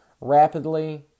rapidly